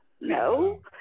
no